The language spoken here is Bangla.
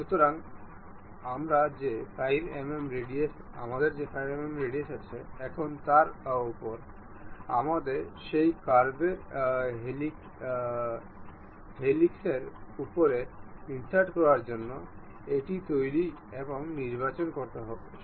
সুতরাং এখন আমরা কার্ভ এবং এর কেন্দ্র দেখতে পারি